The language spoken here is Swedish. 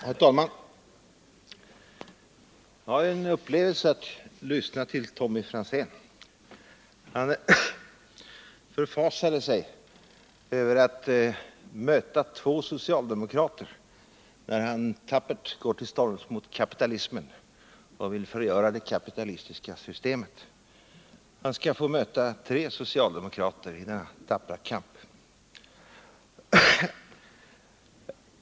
Herr talman! Det var en upplevelse att lyssna till Tommy Franzén. Han förfasade sig över att möta två socialdemokrater, när han tappert går till storms mot kapitalismen och vill förgöra det kapitalistiska systemet. Han skall få möta fler socialdemokrater i denna tappra kamp.